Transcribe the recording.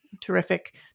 terrific